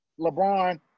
LeBron –